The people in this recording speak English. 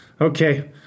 Okay